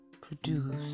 produce